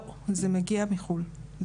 לא, זה מגיע מחו"ל.